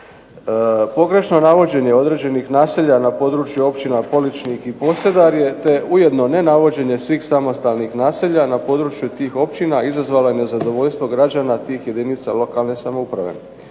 Pogrešno navođenje određenih naselja na području Općina Poličnik i Posedarje te ujedno nenavođenje svih samostalnih naselja na području tih općina izazvalo je nezadovoljstvo građana tih jedinica lokalne samouprave.